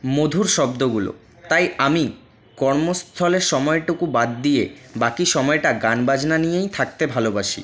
মধুর শব্দগুলো তাই আমি কর্মস্থলে সময়টুকু বাদ দিয়ে বাকি সময়টা গান বাজনা নিয়েই থাকতে ভালোবাসি